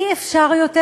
אי-אפשר יותר.